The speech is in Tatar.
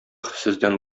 сездән